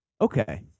Okay